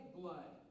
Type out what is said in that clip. blood